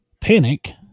panic